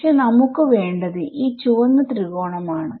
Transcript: പക്ഷെ നമുക്ക് വേണ്ടത് ഈ ചുവന്ന ത്രികോണം ആണ്